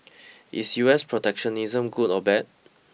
is U S protectionism good or bad